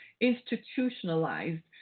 institutionalized